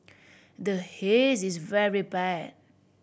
the Haze is very bad